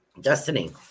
Destiny